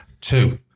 Two